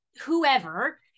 whoever